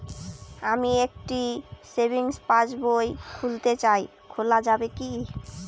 আমি একটি সেভিংস পাসবই খুলতে চাই খোলা যাবে কি?